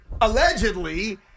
allegedly